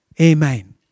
amen